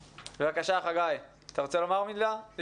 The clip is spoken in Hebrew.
בבקשה, חגי, אתה רוצה להתייחס?